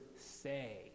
say